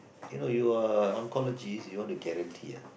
you know you are oncologist you want to guarantee ah